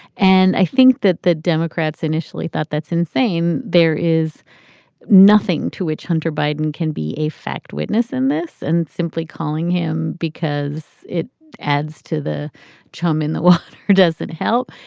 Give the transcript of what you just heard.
and i think that the democrats initially thought, that's insane. there is nothing to it. hunter biden can be a fact witness in this. and simply calling him because it adds to the chum in the water doesn't help.